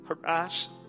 harassed